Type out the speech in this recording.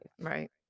right